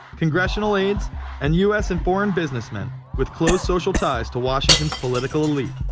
congressional aides and u s. and foreign businessmen, with close social ties to washington's political elite.